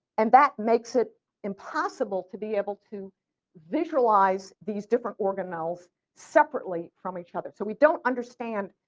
and that makes it impossible to be able to visualize these different organelles separately from each other. so we don't understand,